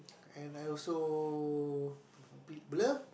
and I also a bit blur